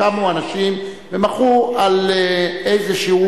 קמו אנשים ומחו על איזשהו,